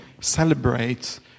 celebrate